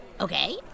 Okay